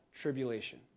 tribulation